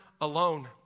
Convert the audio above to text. alone